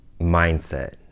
mindset